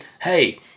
hey